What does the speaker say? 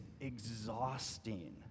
exhausting